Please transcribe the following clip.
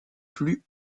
plus